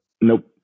Nope